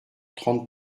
trente